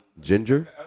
Ginger